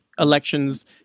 elections